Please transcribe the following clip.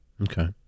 Okay